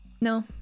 No